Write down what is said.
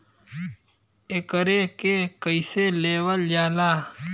एकरके कईसे लेवल जाला?